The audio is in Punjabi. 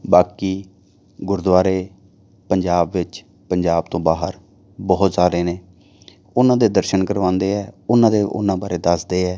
ਬਾਕੀ ਗੁਰਦੁਆਰੇ ਪੰਜਾਬ ਵਿੱਚ ਪੰਜਾਬ ਤੋਂ ਬਾਹਰ ਬਹੁਤ ਸਾਰੇ ਨੇ ਉਹਨਾਂ ਦੇ ਦਰਸ਼ਨ ਕਰਵਾਉਂਦੇ ਹੈ ਉਹਨਾਂ ਦੇ ਉਹਨਾਂ ਬਾਰੇ ਦੱਸਦੇ ਹੈ